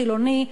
חילוני,